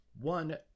One –